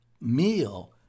meal